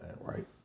right